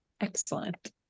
Excellent